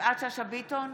יפעת שאשא ביטון,